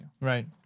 Right